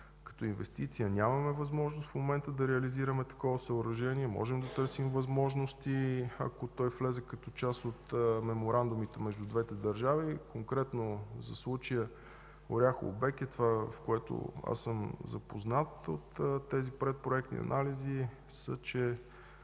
Като инвестиция нямаме възможност в момента да реализираме такова съоръжение. Можем да търсим възможности, ако той влезе като част от меморандумите между двете държави. Конкретно за случая Оряхово – Бекет, това с което съм запознат от тези предпроектни анализи, е, че